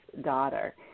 daughter